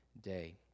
day